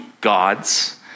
gods